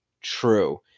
true